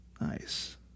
Nice